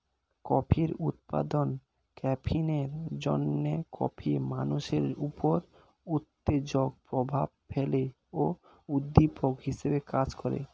কফির উপাদান ক্যাফিনের জন্যে কফি মানুষের উপর উত্তেজক প্রভাব ফেলে ও উদ্দীপক হিসেবে কাজ করে